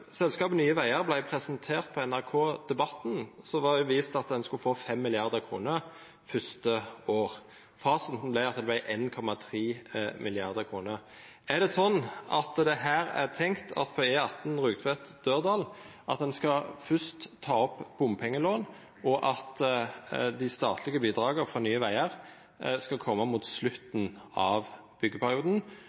selskapet Nye Veier vart presentert på NRK Debatten, vart det vist til at ein skulle få 5 mrd. kr første året. Fasiten vart at det vart 1,3 mrd. kr. Er det sånn at det her er tenkt at når det gjeld E18 Rugtvedt–Dørdal, skal ein først ta opp bompengelån, og at dei statlege bidraga frå Nye Veier skal koma mot slutten av